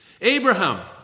Abraham